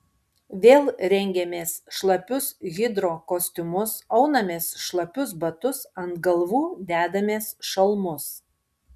vėl rengiamės šlapius hidrokostiumus aunamės šlapius batus ant galvų dedamės šalmus